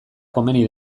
komeni